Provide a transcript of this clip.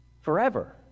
forever